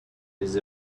des